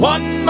One